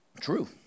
True